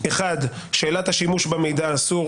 1. שאלת השימוש במידע האסור,